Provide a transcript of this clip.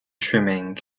trimming